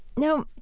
now,